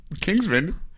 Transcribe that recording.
Kingsman